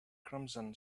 crimson